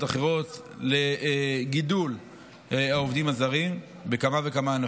אחרות לגידול העובדים הזרים בכמה וכמה ענפים.